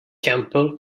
campbell